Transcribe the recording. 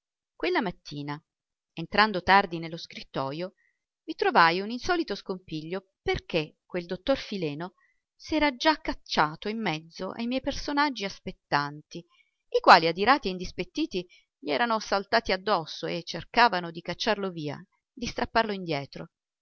quella mattina entrando tardi nello scrittojo vi trovai un insolito scompiglio perché quel dottor fileno s'era già cacciato in mezzo ai miei personaggi aspettanti i quali adirati e indispettiti gli erano saltati addosso e cercavano di cacciarlo via di strapparlo indietro